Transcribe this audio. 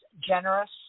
generous